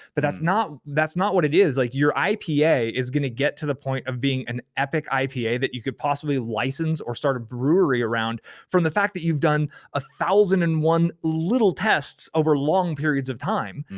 but that's not that's not what it is. like your ipa is gonna get to the point of being an epic ipa that you could possibly license or start a brewery around from the fact that you've done one ah thousand and one little tests over long periods of time.